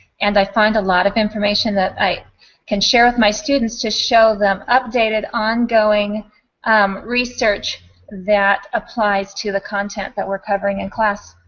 and i find a lot of information that i can share with my students to show them updated, ongoing um research that applies to the content that we're covering in class.